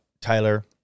tyler